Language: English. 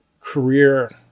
career